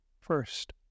first